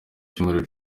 cyumweru